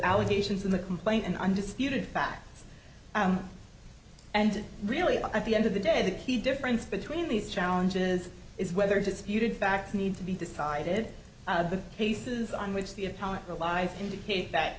allegations in the complaint and undisputed facts and really i feel end of the day the key difference between these challenges is whether disputed facts need to be decided the cases on which the atomic alive indicate that